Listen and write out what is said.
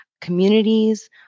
communities